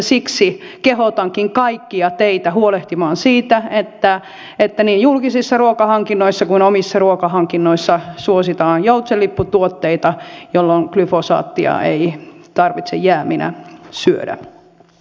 siksi kehotankin kaikkia teitä huolehtimaan siitä että niin julkisissa ruokahankinnoissa kuin omissa ruokahankinnoissa suositaan joutsenlipputuotteita jolloin glyfosaattia ei tarvitse jääminä syödä